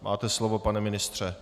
Máte slovo, pane ministře.